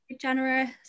generous